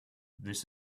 this